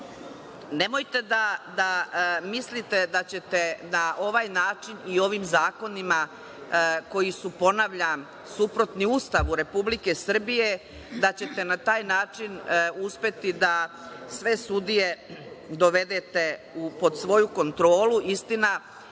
da mislite da ćete na ovaj način i ovim zakonima koji su, ponavljam, suprotni Ustavu Republike Srbije uspeti da sve sudije dovedete pod svoju kontrolu. Istina,